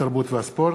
התרבות והספורט.